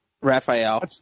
Raphael